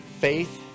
Faith